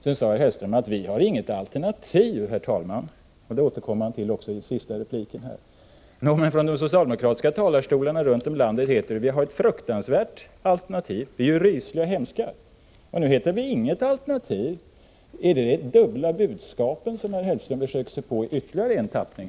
Mats Hellström påstod att de borgerliga inte har något alternativ. Det återkom han till även i sin senaste replik. Men från socialdemokratiska talarstolar runt om i landet heter det att vi har ett fruktansvärt alternativ. Vi är rysliga och hemska. Men nu har vi alltså inget alternativ. Är det det dubbla budskapet som Mats Hellström försöker sig på i ytterligare en tappning?